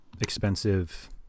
expensive